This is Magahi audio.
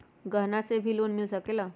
गहना से भी लोने मिल सकेला?